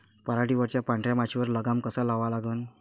पराटीवरच्या पांढऱ्या माशीवर लगाम कसा लावा लागन?